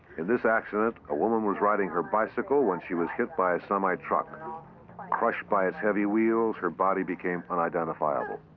in this accident, a woman was riding her bicycle when she was hit by a semitruck. crushed by its heavy wheels, her body became unidentifiable.